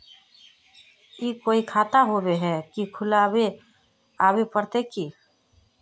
ई कोई खाता होबे है की खुला आबेल पड़ते की?